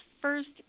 first